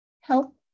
Help